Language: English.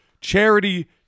charity